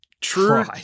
true